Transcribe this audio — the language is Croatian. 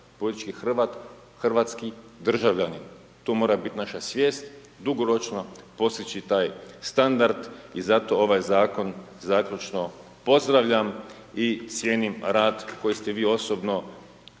politički Hrvat, hrvatski državljanin. To mora biti naša svijest, dugoročno postići taj standard i zato ovaj zakon zaključno pozdravljam i cijenim rad koji ste vi osobno